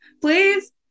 Please